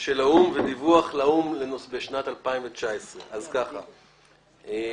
של האו"ם ולדיווח בנושא לאו"ם בשנת 2019. אנחנו,